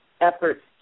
efforts